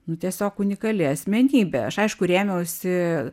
nu tiesiog unikali asmenybė aš aišku rėmiausi a